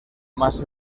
más